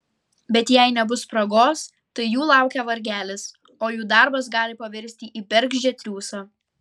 bet jei nebus spragos tai jų laukia vargelis o jų darbas gali pavirsti į bergždžią triūsą